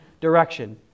direction